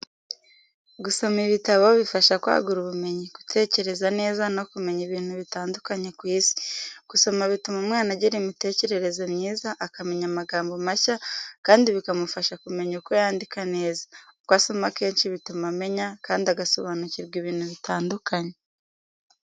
Gusoma ibitabi bifasha kwagura ubumenyi, gutekereza neza, no kumenya ibintu bitandukanye ku isi. Gusoma bituma umwana agira imitekerereze myiza, akamenya amagambo mashya, kandi bikamufasha kumenya uko yandika neza, uko asoma kenshi bituma amenya, kandi agasobanukirwa ibintu bitandukanye.